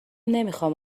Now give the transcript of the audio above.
نمیخام